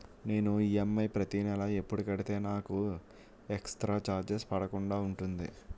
నేను ఈ.ఎం.ఐ ప్రతి నెల ఎపుడు కడితే నాకు ఎక్స్ స్త్ర చార్జెస్ పడకుండా ఉంటుంది?